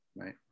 right